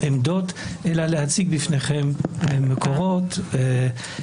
אלא רק להצביע על כך שמקורותינו -- תודה.